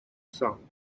song